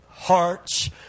Hearts